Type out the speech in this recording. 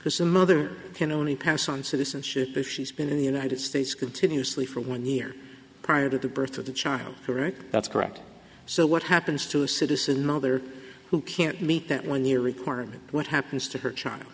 because the mother can only pass on citizenship if she's been in the united states continuously for one year prior to the birth of the charm correct that's correct so what happens to a citizen mother who can't meet that one year requirement what happens to her chi